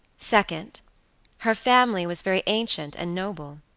second her family was very ancient and noble.